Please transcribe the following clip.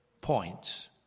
points